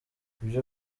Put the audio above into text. ibyo